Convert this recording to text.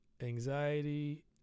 anxiety